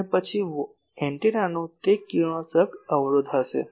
અને પછી એન્ટેનાનું તે કિરણોત્સર્ગ અવરોધ હશે